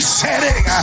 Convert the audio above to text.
setting